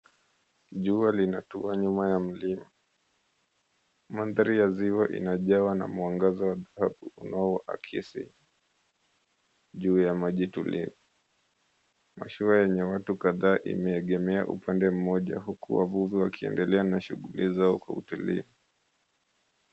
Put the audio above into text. Jua linatua nyuma ya mlima maandhari ya ziwa inajawa na mwangaza unao akisi juu ya maji tulivu, mashua yenye watu kadhaa imeegemea upande mmoja huku wavuvi wakiendelea na shughuli zao kwa utulivu.